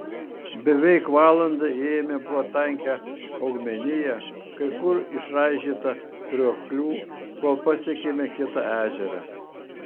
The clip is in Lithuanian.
beveik valandą ėjome per tankią augmeniją kai kur išraižytą krioklių kol pasiekėme kitą ežerą